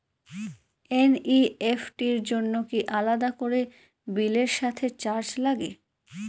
NEFT র জন্য কি আলাদা করে বিলের সাথে চার্জ লাগে?